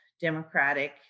Democratic